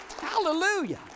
Hallelujah